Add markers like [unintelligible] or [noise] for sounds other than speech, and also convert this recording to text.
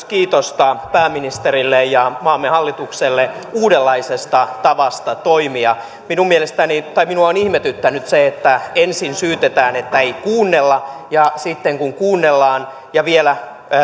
[unintelligible] kiitosta pääministerille ja maamme hallitukselle uudenlaisesta tavasta toimia minua on ihmetyttänyt se että ensin syytetään että ei kuunnella ja sitten kun kuunnellaan ja vielä